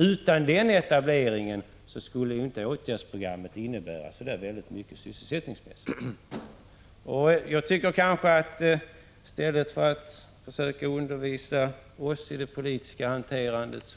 Utan den etableringen skulle åtgärdsprogrammet inte innebära särskilt mycket sysselsättningsmässigt. I stället för att försöka undervisa oss i det politiska hanterandet